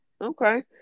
Okay